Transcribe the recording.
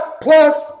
plus